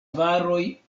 varoj